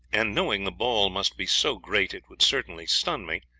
and knowing the ball must be so great it would certainly stun me,